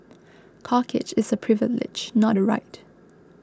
corkage is a privilege not a right